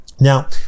Now